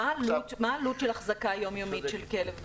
מה העלות היומית של החזקת כלב בכלבייה?